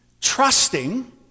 trusting